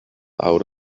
out